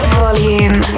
volume